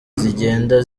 zigenda